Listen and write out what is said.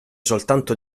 soltanto